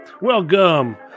welcome